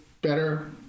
better